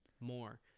more